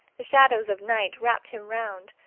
the shadows of night wrapped him round,